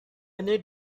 needed